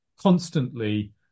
constantly